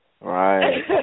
right